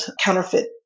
counterfeit